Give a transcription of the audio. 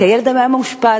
כי הילד היה מאושפז.